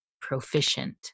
proficient